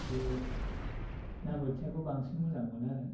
बे ना बोथियाखौ बांसिन मोजां मोनो आरो